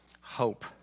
hope